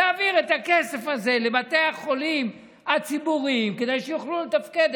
ולהעביר את הכסף הזה לבתי החולים הציבוריים כדי שיוכלו לתפקד.